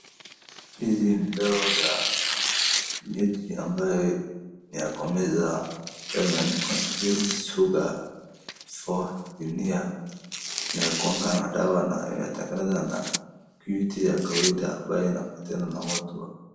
Hizi ni dawa za kienyeji ambayo ni ya kuuza ambayo imeandikwa Ngiri Sugu for hernia . Inakuanga na dawa na imetengenezwa na miti ya kawaida amabaye inapatianwa na watu ya.